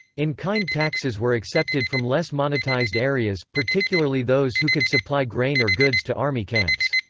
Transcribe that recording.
in-kind taxes were accepted from less-monetized areas, particularly those who could supply grain or goods to army camps.